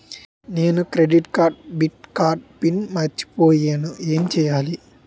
నేను credit card debit card pin మర్చిపోయేను ఎం చెయ్యాలి?